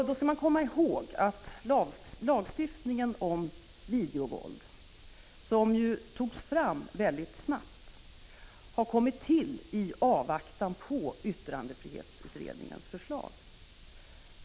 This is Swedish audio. Då skall man komma 31 ihåg att lagstiftningen om videovåld, som ju togs fram mycket snabbt, har kommit till i avvaktan på yttrandefrihetsutredningens förslag.